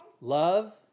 Love